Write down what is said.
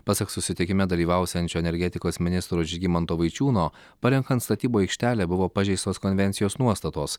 pasak susitikime dalyvausiančio energetikos ministro žygimanto vaičiūno parenkant statybų aikštelę buvo pažeistos konvencijos nuostatos